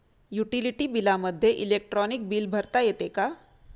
Utility बिलामध्ये electronic bill भरता येते का?